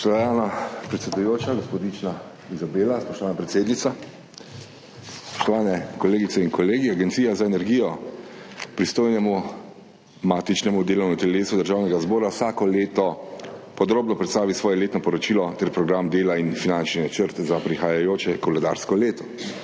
Spoštovana predsedujoča, gospodična Izabela, spoštovana predsednica, spoštovane kolegice in kolegi! Agencija za energijo pristojnemu matičnemu delovnemu telesu Državnega zbora vsako leto podrobno predstavi svoje letno poročilo ter program dela in finančni načrt za prihajajoče koledarsko leto.